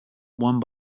one